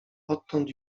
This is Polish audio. odtąd